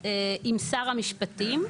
עם שר המשפטים,